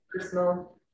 personal